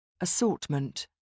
Assortment